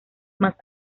más